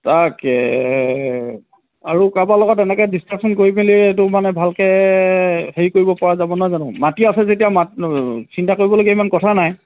তাকেহে আৰু কাৰোবাৰ লগত এনেকে ডিছকাছন কৰি পেনি মানে ভালকে হেৰি কৰিব পৰা যাব ন জানো মাাটি আছে যেতিয়া চিন্তা কৰিবলগীয়া ইমান কথা নাই